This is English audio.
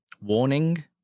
warning